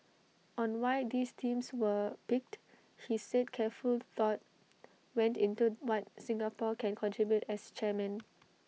on why these themes were picked he said careful thought went into what Singapore can contribute as chairman